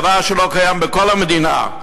דבר שלא קיים בכל המדינה.